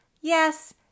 Yes